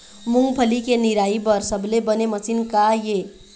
मूंगफली के निराई बर सबले बने मशीन का ये?